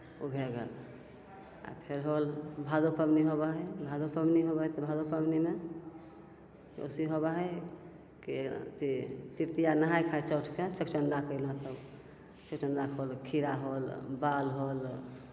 ओ भै गेल आओर फेर होल भादो पबनी होबै हइ भादो पबनी होबै हइ तऽ भादो पबनीमे ओहिसहिए होबै हइ कि अथी तृतीया नहाइ खाइ चौठके चौठचन्दा कएलहुँ तब चौठचन्दाके होल खीरा होल बाल होल